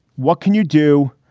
what can you do?